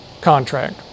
contract